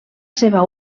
seva